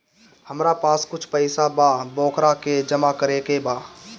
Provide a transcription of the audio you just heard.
हमरा पास कुछ पईसा बा वोकरा के जमा करे के बा?